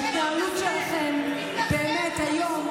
ההתנהלות שלכם, באמת, היום,